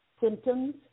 symptoms